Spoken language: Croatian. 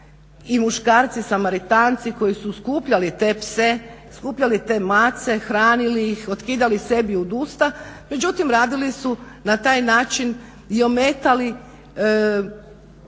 i muškarci samaritanci koji su skupljali te pse, mace, hranili ih, otkidali sebi od usta međutim radili su na taj način i ometali